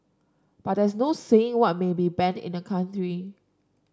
but there is no saying what may be banned in a country